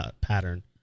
pattern